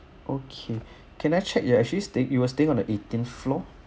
okay can I check you actually stay you were staying on the eighteen floor